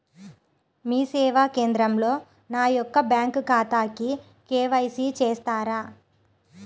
మీ సేవా కేంద్రంలో నా యొక్క బ్యాంకు ఖాతాకి కే.వై.సి చేస్తారా?